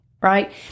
right